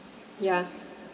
ya